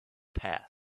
path